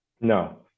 No